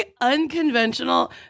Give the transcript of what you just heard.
unconventional